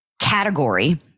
category